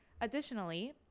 Additionally